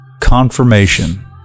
confirmation